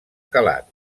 calat